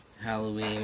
Halloween